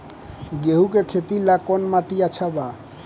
गेहूं के खेती ला कौन माटी अच्छा बा?